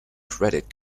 credit